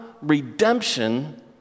redemption